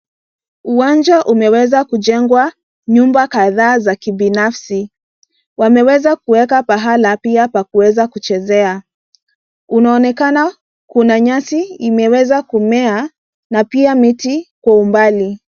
Uwanja umeweza kijengwa nyumba kadhaa za kibinafsi wameweza kuweka pahala pia pa kuweza kuchezea. Unaonekana kuna nyasi imeweza kumea na pia miti kwa umbali.